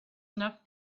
enough